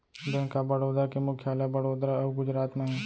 bank of Baroda के मुख्यालय बड़ोदरा अउ गुजरात म हे